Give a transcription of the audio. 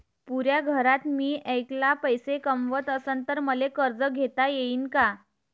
पुऱ्या घरात मी ऐकला पैसे कमवत असन तर मले कर्ज घेता येईन का?